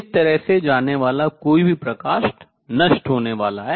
इस तरह से जाने वाला कोई भी प्रकाश नष्ट होने वाला है